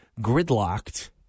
gridlocked